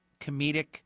comedic